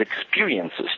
experiences